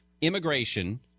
Immigration